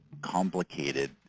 complicated